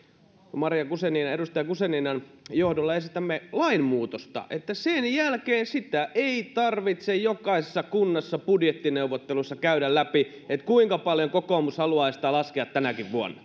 edustaja guzeninan johdolla esitämme lainmuutosta että sen jälkeen ei tarvitse jokaisessa kunnassa budjettineuvotteluissa käydä läpi sitä kuinka paljon kokoomus haluaa sitä laskea tänäkin vuonna